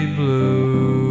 blue